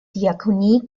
diakonie